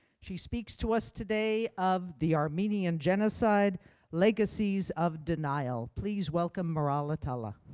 she speaks to us today of the armenian genocide legacies of denial. please welcome maral attallah.